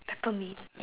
Peppermint